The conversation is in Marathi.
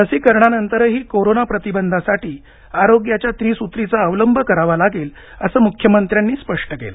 लसीकरणानंतरही कोरोना प्रतिबंधासाठी आरोग्याच्या त्रिसूत्रीचा अवलंब करावा लागेल असं मुख्यमंत्र्यांनी स्पष्ट केलं